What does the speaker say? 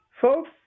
folks